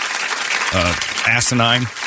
asinine